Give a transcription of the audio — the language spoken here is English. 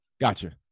Gotcha